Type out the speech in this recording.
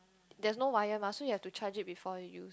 there's no wire mah so you have to charge it before you